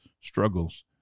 struggles